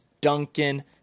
duncan